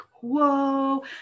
whoa